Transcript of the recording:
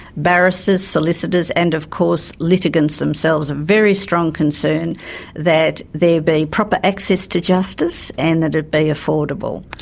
barristers, solicitors, and of course litigants themselves, a very strong concern that there be proper access to justice and that it be affordable.